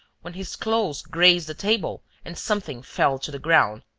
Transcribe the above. when his clothes grazed a table and something fell to the ground.